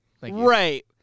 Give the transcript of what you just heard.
Right